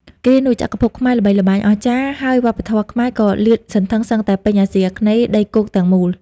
គ្រានោះ ចក្រភពខ្មែរល្បីល្បាញអស្ចារ្យ ហើយវប្បធម៌ខ្មែរក៏លាតសន្ធឹងសឹងតែពេញអាស៊ីអាគ្នេយ៍ដីគោកទាំងមូល។